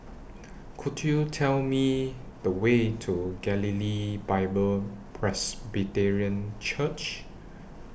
Could YOU Tell Me The Way to Galilee Bible Presbyterian Church